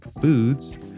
Foods